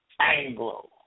Anglo